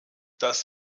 das